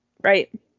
right